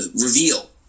reveal